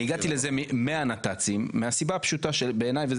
אני הגעתי לזה מהנת"צים מהסיבה הפשוטה שבעיניי,